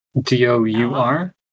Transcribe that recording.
D-O-U-R